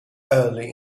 early